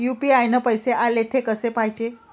UPI न पैसे आले, थे कसे पाहाचे?